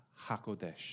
HaKodesh